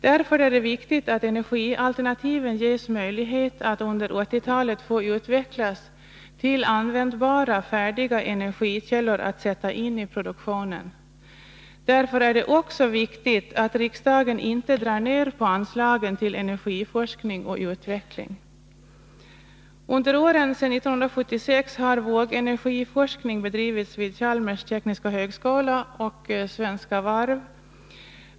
Därför är det viktigt att energialternativen ges möjlighet att under 1980-talet få utvecklas till användbara, färdiga energikällor att sätta in i produktionen. Därför är det också viktigt att riksdagen inte drar ner på anslagen till energiforskning och energiutveckling. Under åren sen sedan 1976 har vågenergiforskning bedrivits vid Chalmers Tekniska Högskola och Svenska Varv.